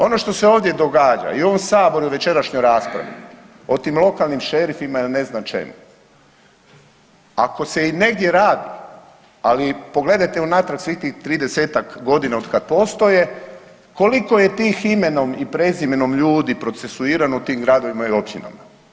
Ono što se ovdje događa i ovo u Saboru i večerašnjoj raspravo o tim lokalnim šerifima i ne znam čemu, ako se i negdje radi, ali pogledajte unatrag svih tih 30-ak godina od kad postoje, koliko je tih imenom i prezimenom ljudi procesuirano u tim gradovima i općinama?